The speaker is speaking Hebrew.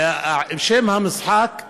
שם המשחק: